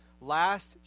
last